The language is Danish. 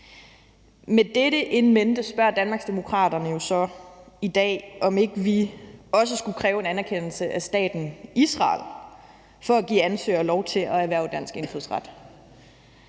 Med dette in mente spørger Danmarksdemokraterne så i dag, om ikke vi også skulle kræve en anerkendelse af staten Israel for at give ansøgere lov til at erhverve dansk indfødsret.